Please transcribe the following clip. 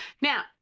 Now